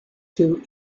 two